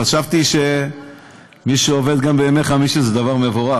חשבתי שמי שעובד גם בימי חמישי זה דבר מבורך,